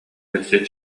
өссө